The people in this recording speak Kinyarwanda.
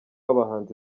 abahanzi